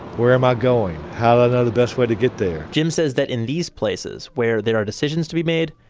where am i going? how do i know the best way to get there? jim says that in these places where there are decisions to be made,